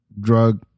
drug